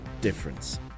difference